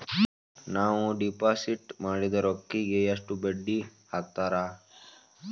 ನಾವು ಡಿಪಾಸಿಟ್ ಮಾಡಿದ ರೊಕ್ಕಿಗೆ ಎಷ್ಟು ಬಡ್ಡಿ ಹಾಕ್ತಾರಾ?